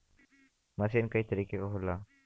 मसीन कई तरीके क होला